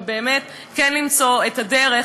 ובאמת כן למצוא את הדרך,